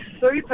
super